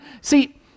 See